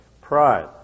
pride